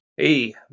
Hey